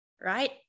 right